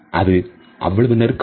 அது அவ்வளவு நெருக்கமா